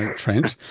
trent.